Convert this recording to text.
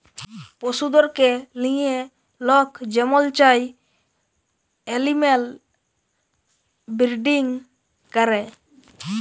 পশুদেরকে লিঁয়ে লক যেমল চায় এলিম্যাল বিরডিং ক্যরে